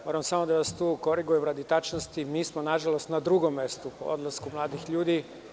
S Samo moram da vas korigujem radi tačnosti, mi smo nažalost po drugom mestu odlaska mladih ljudi.